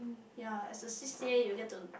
ya as a C_C_A you get to